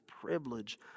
privilege